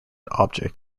object